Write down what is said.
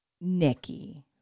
Nikki